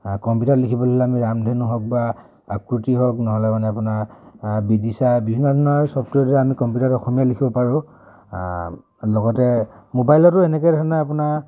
কম্পিউটাৰত লিখিবলৈ হ'লে আমি ৰামধেনু হওক বা আকৃতি হওক নহ'লে মানে আপোনাৰ বিদিচা বিভিন্ন ধৰণৰ ছফ্টৱেৰ আমি কম্পিউটাৰত অসমীয়া লিখিব পাৰোঁ লগতে মোবাইলতো এনেকে ধৰণে আপোনাৰ